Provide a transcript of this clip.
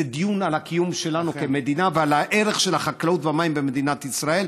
זה דיון על הקיום שלנו כמדינה ועל הערך של החקלאות והמים במדינת ישראל.